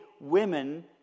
women